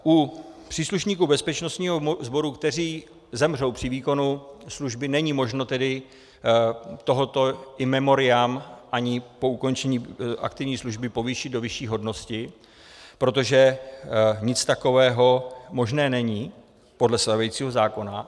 U příslušníků bezpečnostních sborů, kteří zemřou při výkonu služby, není možno tedy tohoto in memoriam ani po ukončení aktivní služby povýšit do vyšší hodnosti, protože nic takového možné není podle stávajícího zákona.